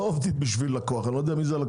לא בשביל לקוח.